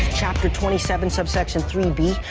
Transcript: chapter twenty seven subsection three b,